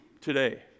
today